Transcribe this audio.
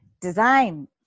design